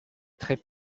très